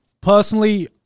personally